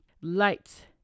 lights